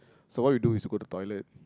so what we do is we go to the toilet